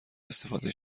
استفاده